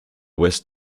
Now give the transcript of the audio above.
west